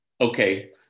Okay